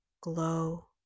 glow